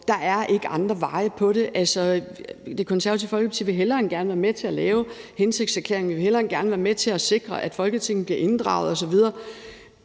Der er ikke andre veje til det. Altså, Det Konservative Folkeparti vil hellere end gerne være med til at lave hensigtserklæringen. Vi vil hellere end gerne være med til at sikre, at Folketinget bliver inddraget osv.